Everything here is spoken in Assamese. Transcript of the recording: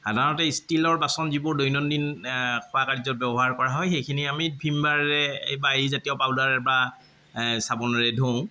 সাধাৰণতে ষ্টিলৰ বাচন যিবোৰ দৈনন্দিন খোৱা কাৰ্যত ব্যৱহাৰ কৰা হয় সেইখিনি আমি ভিমবাৰেৰে বা এই জাতীয় পাউদাৰ বা চাবোনেৰে ধুওঁ